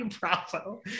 Bravo